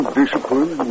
discipline